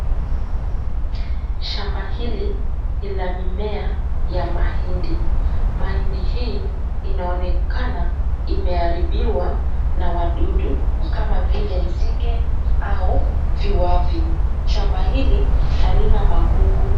Shamba hili ni la mimea ya mahindi. Mahindi hii inaonekana imeharibiwa na wadudu kama vile nzige au viwavi. Shamba hili halina magugu.